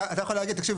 אתה יכול להגיד: ״תשמעו,